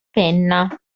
penna